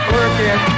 Working